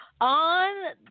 On